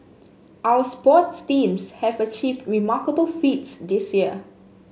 our sports teams have achieved remarkable feats this year